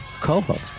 co-host